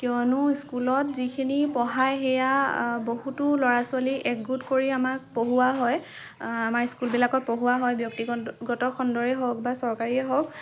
কিয়নো স্কুলত যিখিনি পঢ়াই সেইয়া বহুতো ল'ৰা ছোৱালী একগোট কৰি আমাক পঢ়োৱা হয় আমাৰ স্কুলবিলাকত পঢ়োৱা হয় ব্যক্তিগত খণ্ডৰে হওক বা চৰকাৰীয়ে হওক